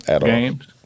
games